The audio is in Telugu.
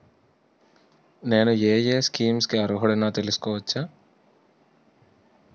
నేను యే యే స్కీమ్స్ కి అర్హుడినో తెలుసుకోవచ్చా?